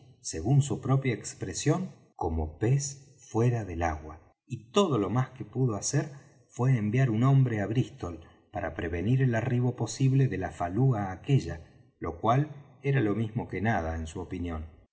según su propia expresión como pez fuera del agua y todo lo más que pudo hacer fué enviar un hombre á brístol para prevenir el arribo posible de la falúa aquella lo cual era lo mismo que nada en su opinión